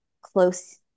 close